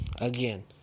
again